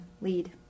lead